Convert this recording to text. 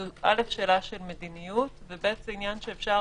זו שאלה של מדיניות אל"ף, ובי"ת, זה עניין שאפשר